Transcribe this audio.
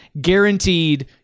guaranteed